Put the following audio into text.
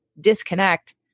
disconnect